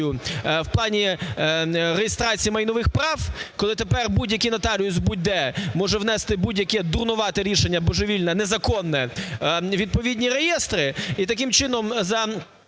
в плані реєстрації майнових прав, коли тепер будь-який нотаріус будь-де може внести будь-яке дурнувате рішення, божевільне, незаконне у відповідні реєстри,